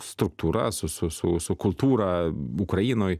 struktūra su su su su kultūra ukrainoj